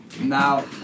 Now